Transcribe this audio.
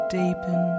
deepen